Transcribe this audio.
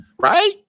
Right